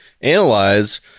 analyze